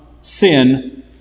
sin